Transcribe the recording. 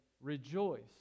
rejoice